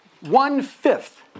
One-fifth